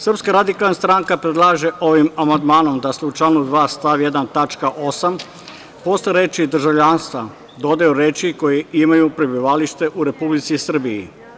Srpska radikalna stranka predlaže ovim amandmanom da se u članu 2. stav 1. tačka 8, posle reči "državljanstva", dodaju reči: "koji imaju prebivalište u Republici Srbiji"